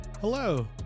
hello